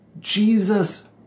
Jesus